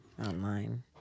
online